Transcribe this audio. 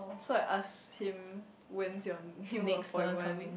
so I ask him when he is on he on appointment